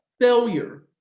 Failure